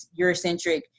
Eurocentric